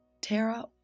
Tara